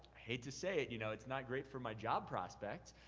hate to say it, you know, it's not great for my job prospects,